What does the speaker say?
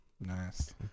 Nice